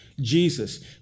Jesus